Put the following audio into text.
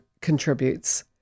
contributes